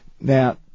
Now